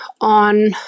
on